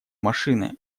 машины